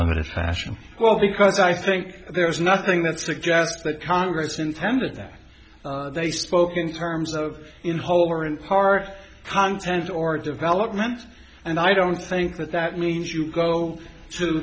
limited fashion well because i think there's nothing that suggests that congress intended that they spoke in terms of in whole or in part content or development and i don't think that that means you go to